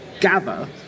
gather